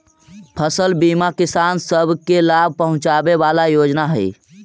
फसल बीमा किसान सब के लाभ पहुंचाबे वाला योजना हई